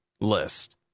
list